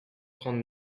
trente